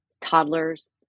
toddlers